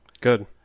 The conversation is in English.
good